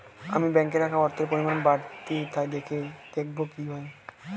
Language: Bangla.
আমি ব্যাঙ্কে রাখা অর্থের পরিমাণ বাড়িতে থেকে দেখব কীভাবে?